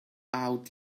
out